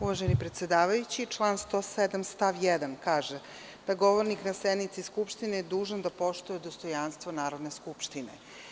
Uvaženi predsedavajući, član 107. stav 1. kaže da – govornik na sednici Skupštine je dužan da poštuje dostojanstvo Narodne skupštine.